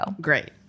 Great